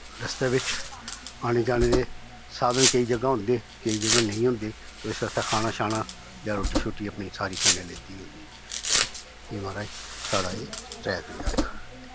रस्ते बिच्च आने जाने दे साधन केईं जगह् होंदे केईं जगह् नेईं होंदे तो इस आस्तै खाना शाना जां रोटी शोटी अपनी सारी कन्नै लेती दी होंदी एह् महाराज साढ़ा एह् ट्रैक रेहा इक